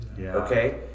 Okay